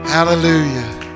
Hallelujah